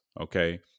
Okay